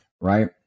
right